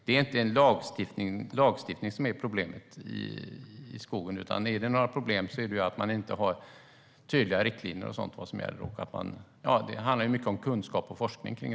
Det är inte lagstiftningen som är problemet, utan det är att man inte har tydliga riktlinjer för vad som gäller. Det handlar mycket om kunskap och forskning.